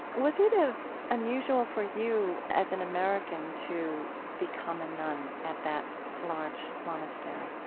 was it ah unusual for you, as an american, to become a nun at that large monastery?